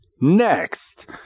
Next